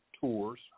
tours